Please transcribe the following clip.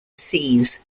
sees